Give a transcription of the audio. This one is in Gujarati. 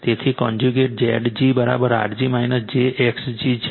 તેથી conjugate Zg R g j X g છે